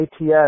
ATS